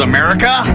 America